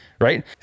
right